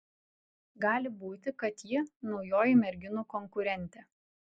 gali būti kad ji naujoji merginų konkurentė